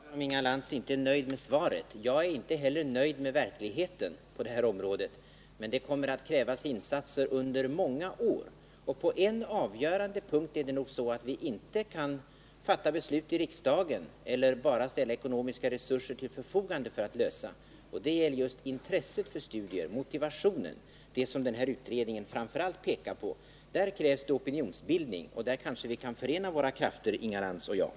Herr talman! Jag beklagar att Inga Lantz inte är nöjd med svaret. För min del är jag inte nöjd med verkligheten på det här området. Det kommer att krävas insatser under många år. På en avgörande punkt förhåller det sig nog så, att vi inte kan fatta beslut i riksdagen eller bara ställa ekonomiska resurser till förfogande — nämligen i fråga om intresset för studier, motivationen, som utredningen framför allt pekar på. Det krävs opinionsbildning, och här kan kanske Inga Lantz och jag förena våra krafter.